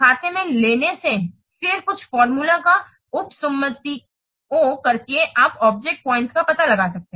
खाते में लेने से फिर कुछ फार्मूला का उपसुम्मातिओं करके आप ऑब्जेक्ट पॉइंट का पता लगा सकते हैं